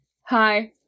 Hi